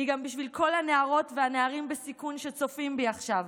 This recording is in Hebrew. היא גם בשביל כל הנערות והנערים בסיכון שצופים בי עכשיו,